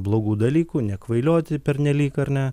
blogų dalykų nekvailioti pernelyg ar ne